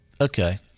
okay –